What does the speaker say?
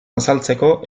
azaltzeko